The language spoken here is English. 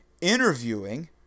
interviewing